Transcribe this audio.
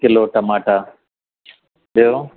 kilo टमाटा ॿियो